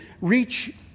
reach